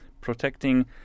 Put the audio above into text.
protecting